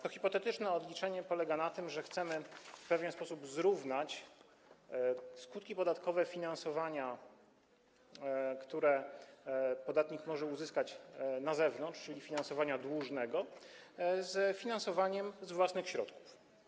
To hipotetyczne odliczenie polega na tym, że chcemy w pewien sposób zrównać skutki podatkowe finansowania, które podatnik może uzyskać na zewnątrz, czyli finansowania dłużnego, z finansowaniem z własnych środków.